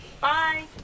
bye